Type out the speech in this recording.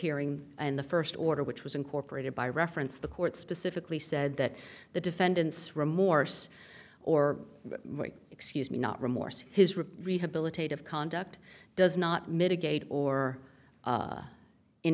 hearing and the first order which was incorporated by reference the court specifically said that the defendant's remorse or excuse me not remorse his real rehabilitative conduct does not mitigate or